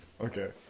Okay